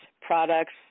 products